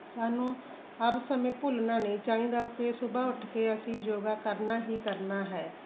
ਸਾਨੂੰ ਹਰ ਸਮੇਂ ਭੁੱਲਣਾ ਨਹੀਂ ਚਾਹੀਦਾ ਕਿ ਸੁਬਹਾ ਉੱਠ ਕੇ ਅਸੀਂ ਯੋਗਾ ਕਰਨਾ ਹੀ ਕਰਨਾ ਹੈ